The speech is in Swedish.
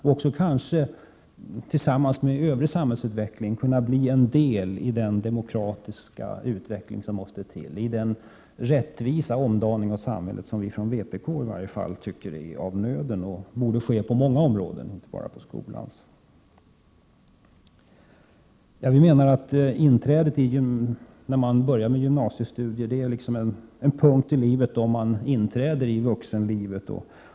Tillsammans med övrig samhällsutveckling skulle skolans utveckling kunna bli en del av den demokratiska utveckling som krävs för den rättvisa omdaning av samhället som i varje fall vpk tycker är av nöden på många områden, inte bara på skolans. Vi menar att man när man börjar sina gymnasiestudier gör sitt inträde i vuxenlivet.